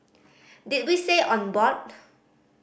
did we say on board